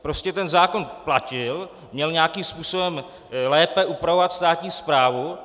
Prostě ten zákon platil, měl nějakým způsobem lépe upravovat státní správu.